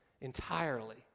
entirely